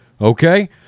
Okay